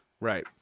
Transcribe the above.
Right